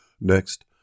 Next